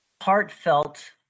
Heartfelt